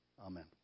Amen